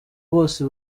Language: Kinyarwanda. bose